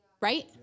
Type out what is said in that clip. right